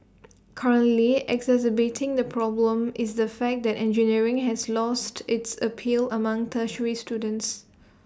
currently exacerbating the problem is the fact that engineering has lost its appeal among tertiary students